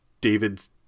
David's